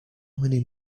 many